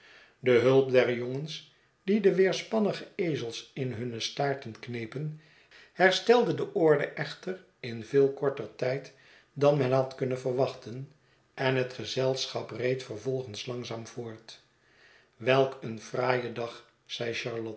de hulp der jongens die de weerspannige ezels in hunne staarten knepen herstelde de orde echter in veel korter tijd dan men had kunnen verwachten en het gezelschap reed vervolgens langzaam voort welk een fraaie dag